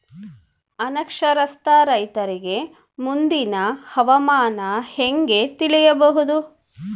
ಅನಕ್ಷರಸ್ಥ ರೈತರಿಗೆ ಮುಂದಿನ ಹವಾಮಾನ ಹೆಂಗೆ ತಿಳಿಯಬಹುದು?